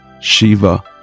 Shiva